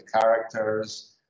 characters